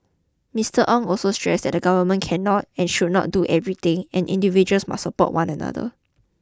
Mister Ong also stressed that the Government cannot and should not do everything and individuals must support one another